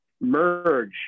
merge